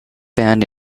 band